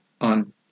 on